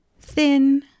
thin